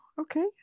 okay